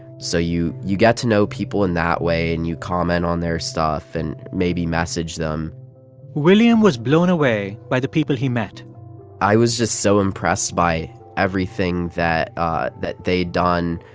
so you you get to know people in that way, and you comment on their stuff and maybe message them william was blown away by the people he met i was just so impressed by everything that ah that they'd done,